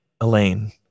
Elaine